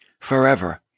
forever